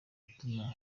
yatuma